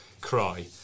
cry